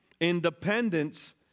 Independence